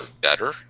better